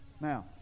Now